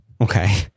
Okay